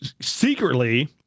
secretly